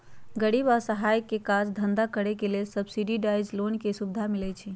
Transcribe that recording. गरीब असहाय के काज धन्धा करेके लेल सब्सिडाइज लोन के सुभिधा मिलइ छइ